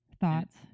Thoughts